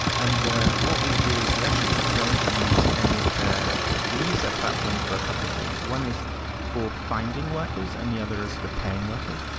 and what we do is we actually don't use any of the we use a platform for a couple of things. one is for finding workers, and the other is for paying workers.